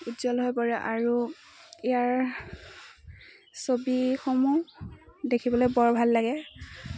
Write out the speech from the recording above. উজ্বল হৈ পৰে আৰু ইয়াৰ ছবিসমূহ দেখিবলৈ বৰ ভাল লাগে